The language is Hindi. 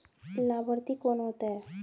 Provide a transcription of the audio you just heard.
लाभार्थी कौन होता है?